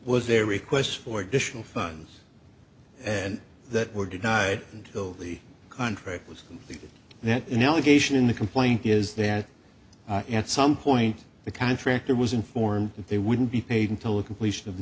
was their requests for additional funds and that were denied until the contract was completed then an allegation in the complaint is that at some point the contractor was informed that they wouldn't be paid until the completion of the